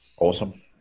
Awesome